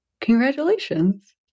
congratulations